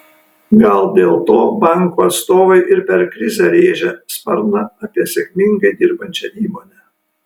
gal dėl to bankų atstovai ir per krizę rėžia sparną apie sėkmingai dirbančią įmonę